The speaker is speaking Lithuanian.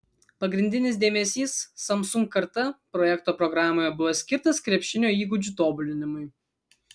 pagrindinis dėmesys samsung karta projekto programoje buvo skirtas krepšinio įgūdžių tobulinimui